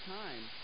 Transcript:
time